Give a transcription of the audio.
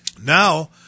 now